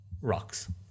rocks